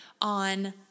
on